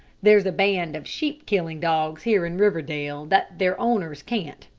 there's a band of sheep-killing dogs here in riverdale, that their owners can't,